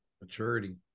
Maturity